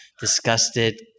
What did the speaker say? disgusted